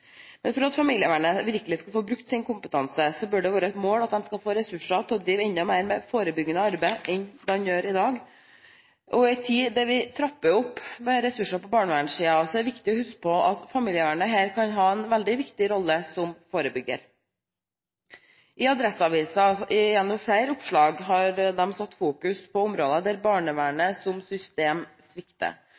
For at familievernet virkelig skal få brukt sin kompetanse, bør det være et mål at de skal få ressurser til å drive enda mer med forebyggende arbeid enn de gjør i dag. I en tid der vi trapper opp ressursene på barnevernssiden, er det viktig å huske på at familievernet kan ha en veldig viktig rolle som forebygger. Adresseavisen har gjennom flere oppslag satt fokus på områder der barnevernet som system svikter.